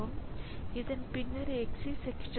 எனவே இது ஒரு நவீன கணினியின் பொதுவான சூழ்நிலை